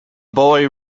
boy